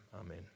Amen